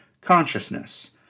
consciousness